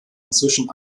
inzwischen